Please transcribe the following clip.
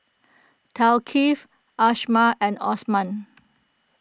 Thaqif Ashraff and Osman